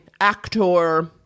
actor